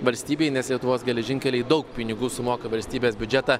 valstybei nes lietuvos geležinkeliai daug pinigų sumoka į valstybės biudžetą